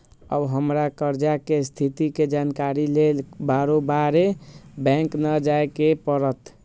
अब हमरा कर्जा के स्थिति के जानकारी लेल बारोबारे बैंक न जाय के परत्